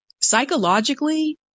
psychologically